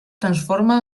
transforma